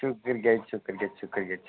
शुक्रिया शुक्रिया शुक्रिया